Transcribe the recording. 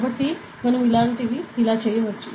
కాబట్టి మనం ఇలాంటివి చాలా చేయవచ్చు